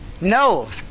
No